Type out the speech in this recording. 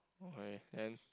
okay then